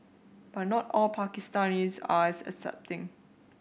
but not all Pakistanis are as accepting